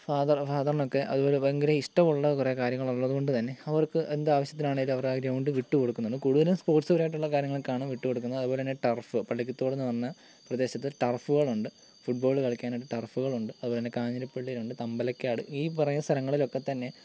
father ഫാദറിനൊക്കെ അതുപോലെ ഭയങ്കര ഇഷ്ടമുള്ള കുറെ കാര്യങ്ങളുള്ളത് കൊണ്ടുതന്നെ അവർക്ക് എന്ത് ആവശ്യത്തിനാണേലും അവരാ ഗ്രൗണ്ട് വിട്ടു കൊടുക്കുന്നുണ്ട് കൂടുതലും സ്പോർട്സ് പരമായിട്ടുള്ള കാര്യങ്ങൾക്കാണ് വിട്ടു കൊടുക്കുന്നത് അതുപോലെ തന്നെ ടർഫ് എന്ന് പറഞ്ഞ പ്രദേശത്ത് ടർഫുകളുണ്ട് ഫുട്ബോൾ കളിക്കാനായിട്ട് ടർഫുകളുണ്ട് അതുപോലെതന്നെ കാഞ്ഞിരപ്പള്ളി ഉണ്ട് തമ്പലക്കാട് ഈ പറഞ്ഞ സ്ഥലങ്ങളിലൊക്കെത്തന്നെ